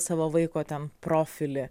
savo vaiko ten profilį